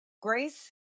Grace